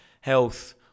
health